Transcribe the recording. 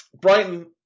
Brighton